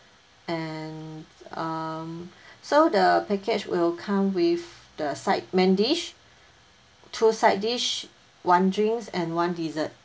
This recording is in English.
and um so the package will come with the side main dish two side dish one drinks and one dessert